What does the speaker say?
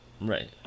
right